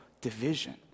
Division